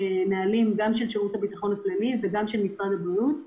נהלים גם של שירות הביטחון הכללי וגם של משרד הבריאות.